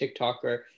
TikToker